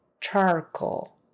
charcoal